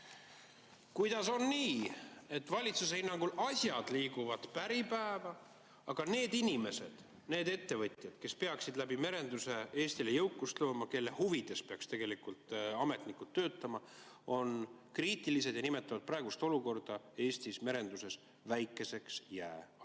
Kuidas on nii, et valitsuse hinnangul asjad liiguvad päripäeva, aga need inimesed, need ettevõtjad, kes peaksid merenduse kaudu Eestile jõukust looma, kelle huvides peaks tegelikult ametnikud töötama, on kriitilised ja nimetanud praegust olukorda Eesti merenduses väikeseks jääajaks?